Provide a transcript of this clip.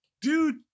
Dude